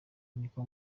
niko